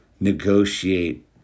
negotiate